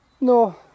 No